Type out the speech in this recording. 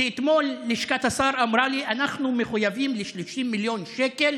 אתמול לשכת השר אמרה לי: אנחנו מחויבים ל-30 מיליון שקלים,